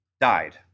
died